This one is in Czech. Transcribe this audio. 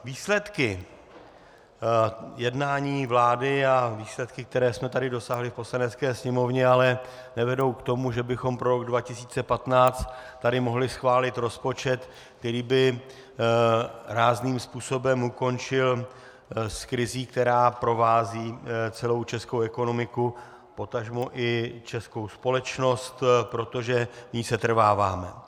Výsledky jednání vlády a výsledky, které jsme tady dosáhli v Poslanecké sněmovně, ale nevedou k tomu, že bychom pro rok 2015 tady mohli schválit rozpočet, který by rázným způsobem skončil s krizí, která provází celou českou ekonomiku, potažmo i českou společnost, protože v ní setrváváme.